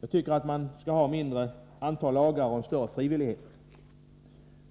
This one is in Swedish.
Jag tycker att man skall ha ett mindre antal lagar och en större frivillighet,